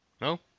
no